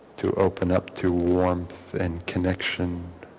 to open up to warmth and connection